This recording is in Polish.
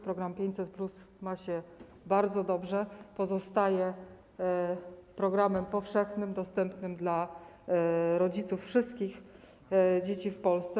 Program 500+ ma się bardzo dobrze, pozostaje programem powszechnym, dostępnym dla rodziców wszystkich dzieci w Polsce.